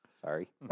Sorry